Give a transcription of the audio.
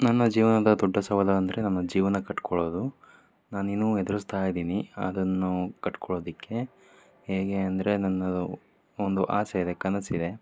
ನನ್ನ ಜೀವನದ ದೊಡ್ಡ ಸವಾಲು ಅಂದರೆ ನಮ್ಮ ಜೀವನ ಕಟ್ಕೊಳ್ಳೋದು ನಾನಿನ್ನೂ ಎದುರಿಸ್ತಾ ಇದ್ದೀನಿ ಅದನ್ನು ಕಟ್ಕೊಳ್ಳೋದಕ್ಕೆ ಹೇಗೆ ಅಂದರೆ ನನ್ನದು ಒಂದು ಆಸೆ ಇದೆ ಕನಸಿದೆ